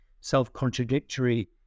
self-contradictory